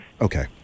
Okay